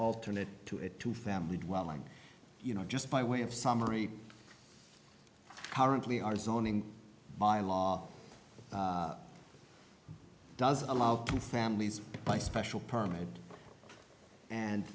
alternative to it to family dwelling you know just by way of summary currently are zoning by law doesn't allow two families by special permit and